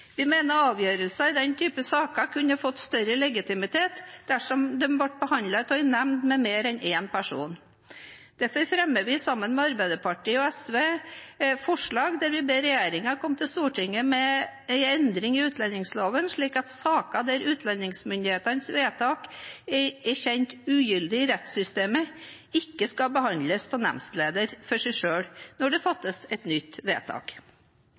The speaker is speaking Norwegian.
Vi mener avgjørelser i slike saker kunne fått større legitimitet dersom de ble behandlet av en nemnd med mer enn én person. Derfor fremmer vi, sammen med Arbeiderpartiet og SV, forslag der vi ber regjeringen komme til Stortinget med en endring i utlendingsloven slik at saker der utlendingsmyndighetenes vedtak er kjent ugyldig i rettssystemet, ikke skal behandles av nemndleder for seg selv når det fattes et nytt vedtak.